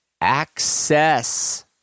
access